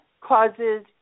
causes